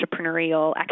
entrepreneurial